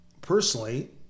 Personally